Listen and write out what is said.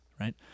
right